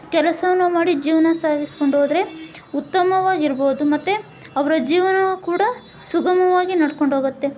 ಕೆಲಸವನ್ನು ಮಾಡಿ ಜೀವನ ಸಾಗಿಸ್ಕೊಂಡು ಹೋದ್ರೆ ಉತ್ತಮವಾಗಿರ್ಬೊದು ಮತ್ತು ಅವರ ಜೀವನವು ಕೂಡ ಸುಗಮವಾಗಿ ನಡ್ಕೊಂಡು ಹೋಗತ್ತೆ